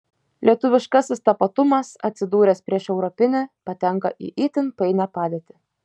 lietuviškasis tapatumas atsidūręs prieš europinį patenka į itin painią padėtį